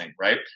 right